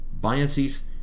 biases